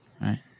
right